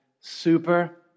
super